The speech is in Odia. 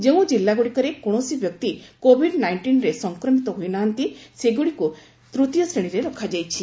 ଯେଉଁ ଜିଲ୍ଲାଗୁଡ଼ିକରେ କକେଣସି ବ୍ୟକ୍ତି କୋଭିଡ଼୍ ନାଇଷ୍ଟିନ୍ରେ ସଂକ୍ରମିତ ହୋଇ ନାହାନ୍ତି ସେଗୁଡ଼ିକୁ ତୂତୀୟ ଶ୍ରେଶୀରେ ରଖାଯାଇଛି